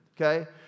okay